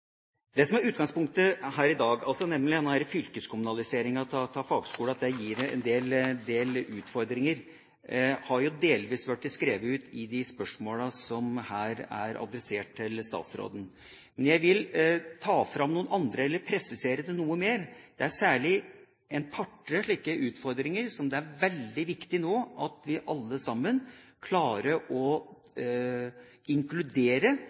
Utgangspunktet i dag, nemlig fylkeskommunaliseringen av fagskolen og at det gir en del utfordringer, har delvis blitt skrevet ut i de spørsmålene som er adressert til statsråden. Men jeg vil ta fram og presisere noe mer et par–tre slike utfordringer som det er veldig viktig at vi nå alle klarer å inkludere